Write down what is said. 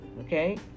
Okay